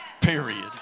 period